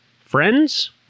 Friends